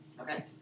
Okay